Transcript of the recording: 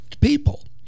people